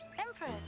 Empress